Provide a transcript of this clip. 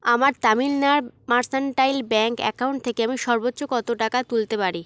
আমার Tamilnad mercantile bank account থেকে আমি সর্বোচ্চ কতো টাকা তুলতে পারি